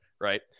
right